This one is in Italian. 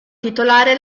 titolare